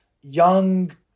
young